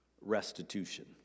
restitution